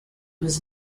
was